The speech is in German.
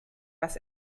was